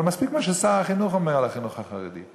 אבל מספיק מה ששר החינוך אומר על החינוך החרדי.